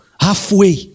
halfway